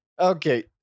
Okay